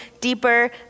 deeper